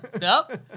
Nope